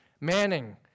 manning